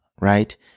right